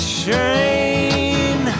train